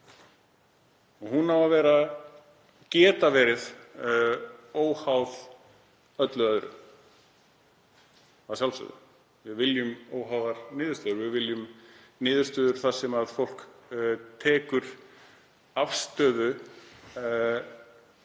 Hún á að geta verið óháð öllu öðru, að sjálfsögðu. Við viljum óháðar niðurstöður. Við viljum niðurstöður þar sem fólk tekur afstöðu til